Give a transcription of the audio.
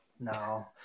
no